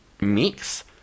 mix